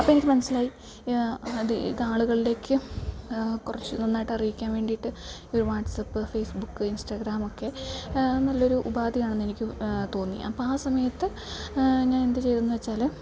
അപ്പം എനിക്ക് മനസ്സിലായി അത് ഇതാളുകളിലേക്ക് കുറച്ച് നന്നായിട്ട് അറിയിക്കാൻ വേണ്ടിയിട്ട് ഒരു വാട്സപ്പ് ഫേസ്ബുക്ക് ഇൻസ്റ്റാഗ്രാമൊക്കെ നല്ലൊരു ഉപാധിയാണെന്നെനിക്ക് തോന്നി അപ്പം ആ സമയത്ത് ഞാൻ എന്ത് ചെയ്തതെന്നു വെച്ചാൽ